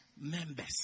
members